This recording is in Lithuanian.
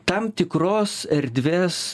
tam tikros erdvės